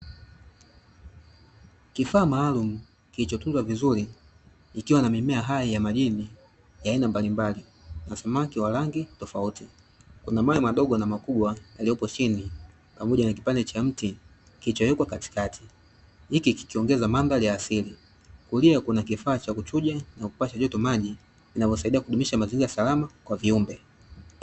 Kifaa maalum kilichotunzwa vizuri, kikiwa na mimea hai ya majini ya aina mbalimbali na samaki wa rangitofauti. Kuna mawe madogo na makubwa yaliyoko chini, pamoja na kipande cha mti kilichowekwa katikati, hiki kikiongeza mandhari ya asili, kulia kuna kifaa cha kuchuja na kupasha moto maji inayosaidia kudumisha mazingira salama kwa viumbe.